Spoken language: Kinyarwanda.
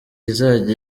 izajya